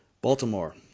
Baltimore